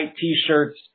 t-shirts